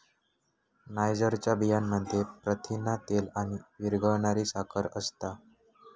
नायजरच्या बियांमध्ये प्रथिना, तेल आणि विरघळणारी साखर असता